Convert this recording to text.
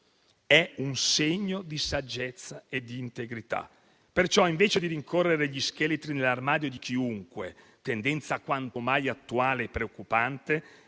è un segno di saggezza e di integrità. Perciò, invece di rincorrere gli scheletri nell'armadio di chiunque (tendenza quanto mai attuale e preoccupante),